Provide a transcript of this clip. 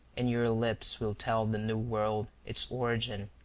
and your lips will tell the new world its origin.